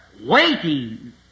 waiting